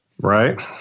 right